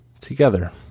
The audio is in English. together